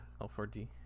L4D